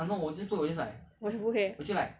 !wah! 就不可以